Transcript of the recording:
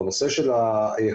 בנושא של החשש,